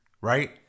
right